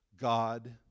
God